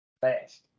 fast